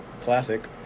classic